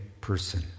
person